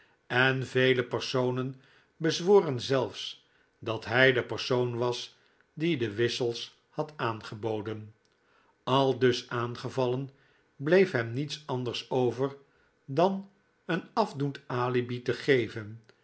en vele personen bezworen zelfs dat hij de persoon was die de wissels had aangeboden aldus aangevallen bleef hem niets anders over dan een afdoen alibi te geven